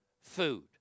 food